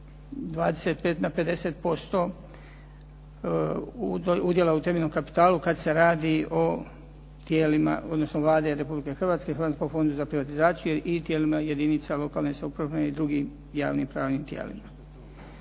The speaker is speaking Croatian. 25 na 50% udjela u temeljnom kapitalu kada se radi o tijelima, odnosno Vlade Republike Hrvatske, Hrvatskom fondu za privatizaciju i tijelima jedinica lokalne samouprave i drugim javnim pravnim tijelima.